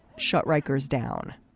shut rikers down.